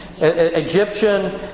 Egyptian